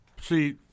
See